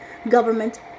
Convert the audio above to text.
government